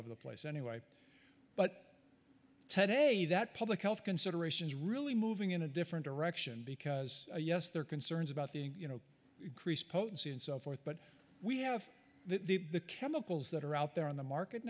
over the place anyway but today that public health considerations really moving in a different direction because yes there are concerns about the you know increased potency and so forth but we have the chemicals that are out there on the market